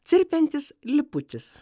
cirpiantis liputis